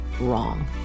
wrong